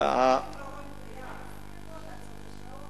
איפה השר?